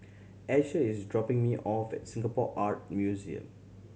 Asher is dropping me off at Singapore Art Museum